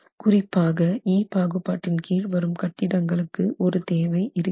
குறிப்பாக E பாகுபாட்டின் கீழ் வரும் கட்டிடங்களுக்கு ஒரு தேவை இருக்கிறது